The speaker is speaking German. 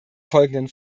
folgenden